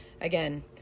again